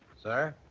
sir?